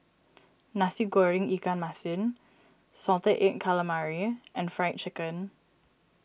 Nasi Goreng Ikan Masin Salted Egg Calamari and Fried Chicken